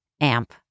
AMP